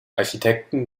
architekten